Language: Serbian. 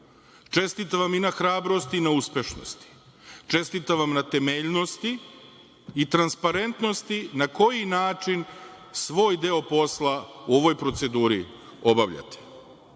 Čestitam vam i na hrabrosti i na uspešnosti. Čestitam vam na temeljnosti i transparentnosti na koji način svoj deo posla u ovoj proceduri obavljate. Nemojte